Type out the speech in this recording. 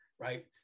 right